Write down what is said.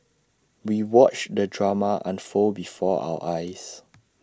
we watched the drama unfold before our eyes